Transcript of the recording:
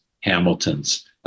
Hamilton's